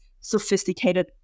sophisticated